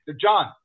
john